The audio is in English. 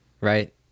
Right